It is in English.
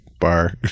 bar